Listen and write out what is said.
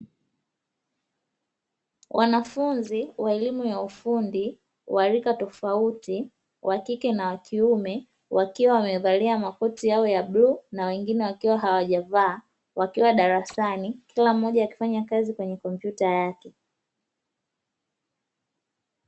Wanafunzi wa elimu ya ufundi wa rika tofauti (wa kike na wa kiume) wakiwa wamevalia makoti yao ya bluu, wengine wakiwa hawajavaa; wakiwa darasani kila mmoja akifanya kazi kwenye kompyuta yake.